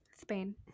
Spain